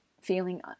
feeling